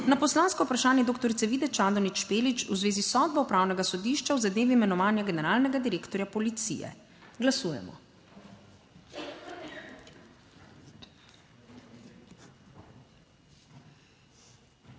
na poslansko vprašanje doktor Vide Čadonič Špelič v zvezi s sodbo Upravnega sodišča v zadevi imenovanja generalnega direktorja policije. Glasujemo.